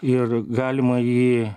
ir galima jį